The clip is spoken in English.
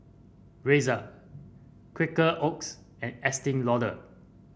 Razer Quaker Oats and Estee Lauder